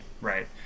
right